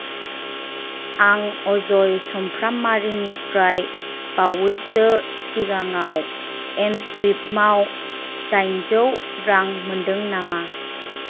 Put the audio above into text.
आं अजय चुमफ्रामारिनिफ्राय बावैसो सिगाङाव एमस्वाइपआव दाइनजौ रां मोनदों नामा